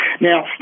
Now